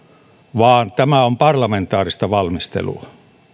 vaan tämä on parlamentaarista valmistelua